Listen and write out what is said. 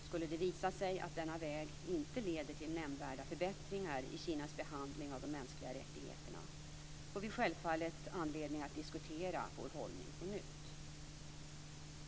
Skulle det visa sig att denna väg inte leder till nämnvärda förbättringar i Kinas behandling av de mänskliga rättigheterna får vi självfallet anledning att diskutera vår hållning på nytt.